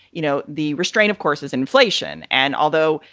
you know, the restrain, of course, is inflation. and although,